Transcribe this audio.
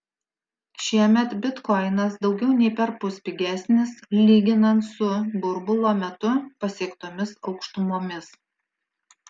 šiemet bitkoinas daugiau nei perpus pigesnis lyginant su burbulo metu pasiektomis aukštumomis